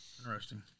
Interesting